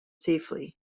safely